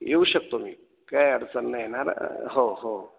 येऊ शकतो मी काय अडचण नाही येणार हो हो